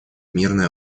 мирное